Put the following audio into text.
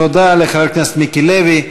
תודה לחבר הכנסת מיקי לוי.